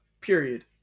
Period